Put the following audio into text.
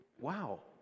Wow